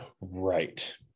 Right